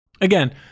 again